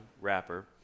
wrapper